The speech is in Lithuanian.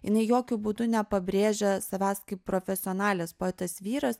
jinai jokiu būdu nepabrėžia savęs kaip profesionalės poetas vyras